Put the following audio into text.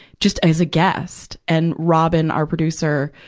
just as a guest. and robin, our producer,